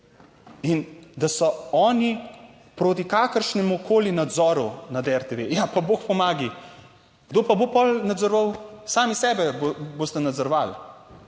in da so oni proti kakršnemukoli nadzoru nad RTV. Ja pa bog pomagaj, kdo pa bo potem nadzoroval? Sami sebe boste nadzorovali?